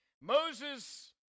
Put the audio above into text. Moses